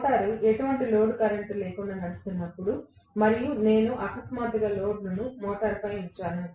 motor ఎటువంటి load లేకుండా నడుస్తున్నప్పుడు మరియు నేను అకస్మాత్తుగా లోడ్ ను మోటారుపై ఉంచాను